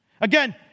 Again